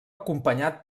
acompanyat